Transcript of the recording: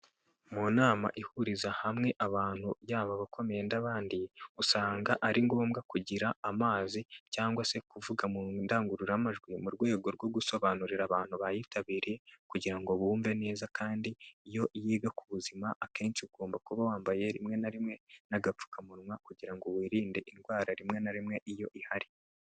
Mu nama ihuriza hamwe abantu yaba abakomeye n'abandi, usanga ari ngombwa kugira amazi cyangwa se kuvuga mu ndangururamajwi, mu rwego rwo gusobanurira abantu bayitabiriye kugira ngo bumve neza kandi iyo yiga ku buzima akenshi ugomba kuba wambaye rimwe na rimwe n'agapfukamunwa kugira ngo wirinde indwara rimwe na rimwe iyo ihari.